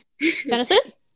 Genesis